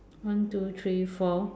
one two three four